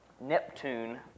Neptune